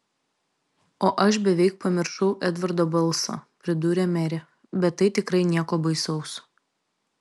o aš beveik pamiršau edvardo balsą pridūrė merė bet tai tikrai nieko baisaus